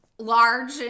large